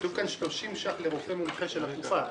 כתוב כאן 30 ₪ לרופא מומחה של הקופה.